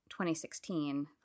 2016